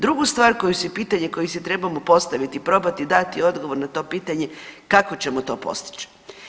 Drugu stvar koju si, pitanje koje si trebamo postaviti i probati dati odgovor na to pitanje, kako ćemo to postići?